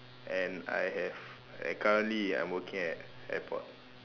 and I have I currently am working at airport